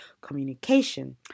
communication